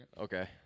okay